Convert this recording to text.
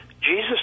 Jesus